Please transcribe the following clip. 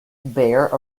bare